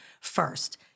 first